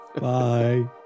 Bye